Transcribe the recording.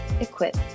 equip